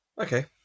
okay